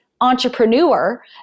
entrepreneur